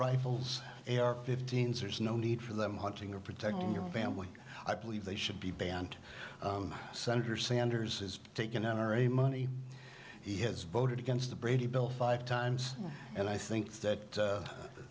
rifles fifteen's there's no need for them hunting or protecting your family i believe they should be banned senator sanders is taking n r a money he has voted against the brady bill five times and i think that